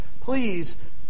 Please